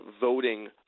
voting